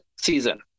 season